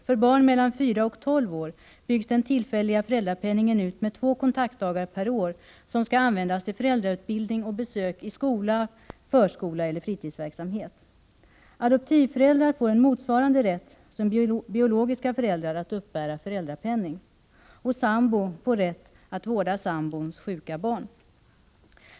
För barn mellan 4 och 12 år byggs den tillfälliga föräldrapenningen ut med två kontaktdagar per år, som skall användas till föräldrautbildning och besök i skola, förskola eller fritidsverksamhet. Adoptivföräldrar får en motsvarande rätt som biologiska föräldrar att uppbära föräldrapenning. Sambo får rätt att vårda den andra sambons sjuka barn.